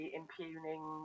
impugning